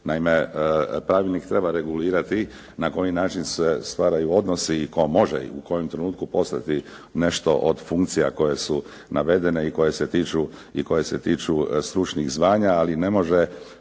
Naime, pravilnik treba regulirati na koji način se stvaraju odnosi i tko može i u kojem trenutku poslati nešto od funkcija koje su navedene i koje se tiču stručnih zvanja, ali sama